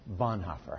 Bonhoeffer